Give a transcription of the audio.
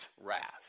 wrath